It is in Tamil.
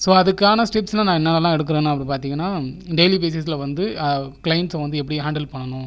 ஸோ அதுக்கான ஸ்டெப்ஸ்னால் நான் என்னென்னலாம் எடுக்கிறேன் அப்படினு பார்த்தீங்கன்னா டெய்லி பேசிஸ்சில் வந்து கிளைண்ட்ஸ்சை வந்து எப்படி ஹேண்டில் பண்ணணும்